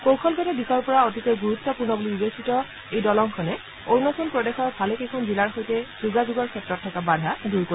কৌশলগত দিশৰ পৰা অতিকে গুৰুত্বপূৰ্ণ বুলি বিবেচিত এই দলংখনে অৰুণাচল প্ৰদেশৰ ভালেকেইখন জিলাৰ সৈতে যোগাযোগৰ ক্ষেত্ৰত থকা বাধা দূৰ কৰিব